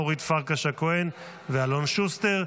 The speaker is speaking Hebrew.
אורית פרקש הכהן ואלון שוסטר,